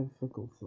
difficult